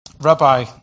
Rabbi